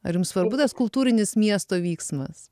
ar jums svarbu tas kultūrinis miesto vyksmas